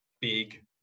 big